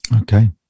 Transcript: Okay